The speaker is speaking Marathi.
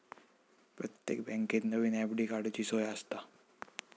प्रत्येक बँकेत नवीन एफ.डी काडूची सोय आसता